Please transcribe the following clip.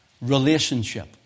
Relationship